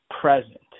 present